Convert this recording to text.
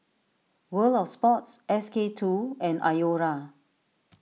World of Sports S K two and Iora